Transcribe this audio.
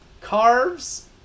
carves